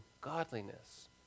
godliness